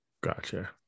gotcha